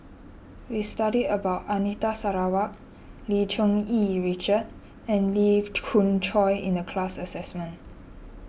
We studied about Anita Sarawak Lim Cherng Yih Richard and Lee Khoon Choy in the class assignment